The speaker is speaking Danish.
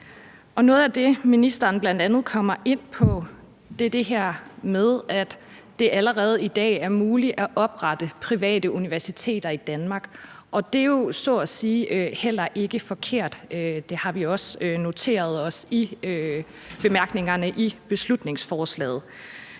Noget af det, ministeren bl.a. kommer ind på, er det her med, at det allerede i dag er muligt at oprette private universiteter i Danmark. Det er jo så at sige heller ikke forkert. Det har vi også noteret i bemærkningerne i beslutningsforslaget.